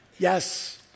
Yes